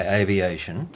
aviation